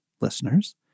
listeners